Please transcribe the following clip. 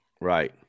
right